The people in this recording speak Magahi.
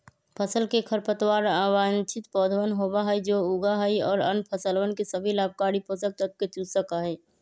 फसल के खरपतवार अवांछित पौधवन होबा हई जो उगा हई और अन्य फसलवन के सभी लाभकारी पोषक तत्व के चूस सका हई